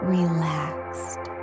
relaxed